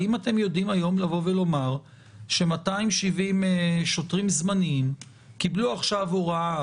האם אתם יודעים היום לומר ש-270 שוטרים זמניים קיבלו עכשיו הוראה